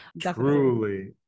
Truly